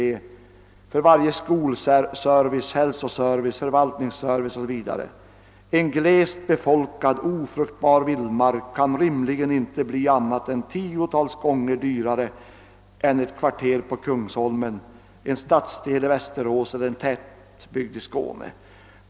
Det gäller också skolservicen, hälsoservice, förvaltningsservice o.s. v. »En glest be folkad, ofruktbar vildmark kan rimligen inte bli annat än tiotals gånger dyrare än ett kvarter på Kungsholmen, en stadsdel i Västerås eller en tätbygd i Skåne.